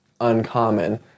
uncommon